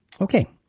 Okay